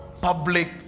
public